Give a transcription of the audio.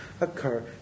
occur